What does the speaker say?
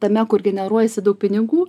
tame kur generuojasi daug pinigų